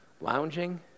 lounging